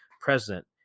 president